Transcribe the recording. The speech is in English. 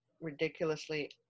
ridiculously